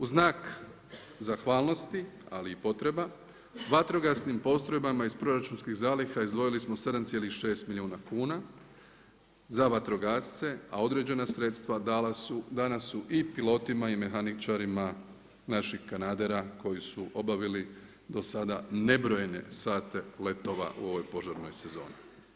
U znak zahvalnosti ali i potreba, vatrogasnim postrojbama iz proračunskih zaliha izdvojili smo 7,6 milijuna kuna za vatrogasce a određena sredstva dana su i pilotima i mehaničarima naših kanadera koji su obavili do sada nebrojene sate letova u ovoj požarnoj sezoni.